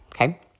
Okay